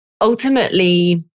ultimately